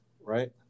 right